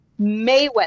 Mayweather